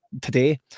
today